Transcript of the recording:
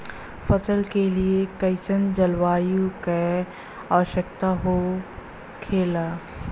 फसल के लिए कईसन जलवायु का आवश्यकता हो खेला?